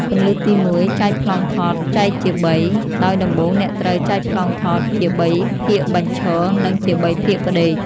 គន្លឹះទី១ ចែកប្លង់ថតចែកជាបី ដោយដំបូងអ្នកត្រូវចែកប្លង់ថតជាបីភាគបញ្ឈរ និងជាបីភាគផ្ដេក។